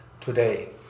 today